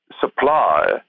supply